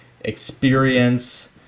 experience